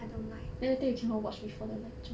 I don't like